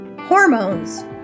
Hormones